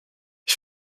ich